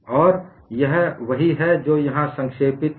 और यह वही है जो यहाँ संक्षेपित में है